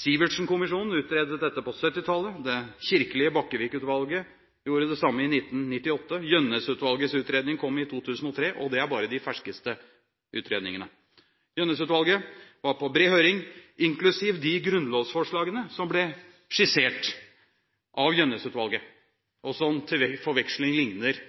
Sivertsen-kommisjonen utredet dette på 1970-tallet, det kirkelige Bakkevig-utvalget gjorde det samme i 1998, og Gjønnes-utvalget ble oppnevnt i 2003. Dette er bare de ferskeste utredningene. Gjønnes-utvalgets utredning var på bred høring, inklusiv de grunnlovsforslagene som ble skissert av Gjønnes-utvalget, og som til forveksling ligner